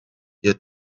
ihr